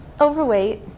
overweight